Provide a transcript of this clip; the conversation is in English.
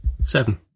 Seven